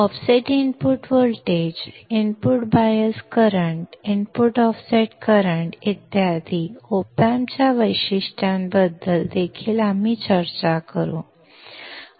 offset input voltage input bias current input offset current इत्यादी op एम्पच्या वैशिष्ट्यांबद्दल देखील आम्ही चर्चा करू